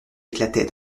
éclatait